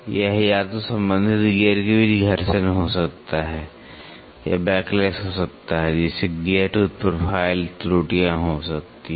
यह या तो संबंधित गियर के बीच घर्षण हो सकता है या बैकलैश हो सकता है जिससे गियर टूथ प्रोफाइल त्रुटियां हो सकती हैं